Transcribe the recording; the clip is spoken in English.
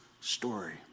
story